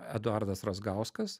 eduardas razgauskas